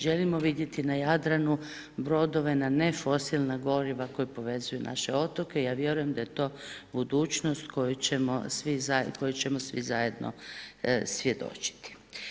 Želimo vidjeti na Jadranu brodove na nefosilna goriva koji povezuju naše otoke i ja vjerujem da je to budućnost koju ćemo svi zajedno svjedočiti.